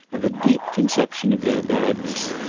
of a deep conception of their badness.